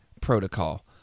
Protocol